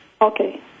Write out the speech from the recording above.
Okay